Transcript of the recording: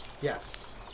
Yes